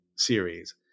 series